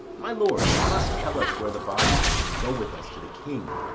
my lord, you must tell us where the body is and go with us to the king.